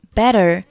better